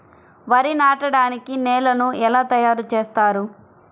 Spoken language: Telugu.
వరి నాటడానికి నేలను ఎలా తయారు చేస్తారు?